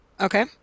Okay